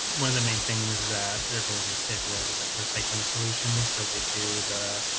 one of the main thing is that their business did was like we're cycling solutions. so they do the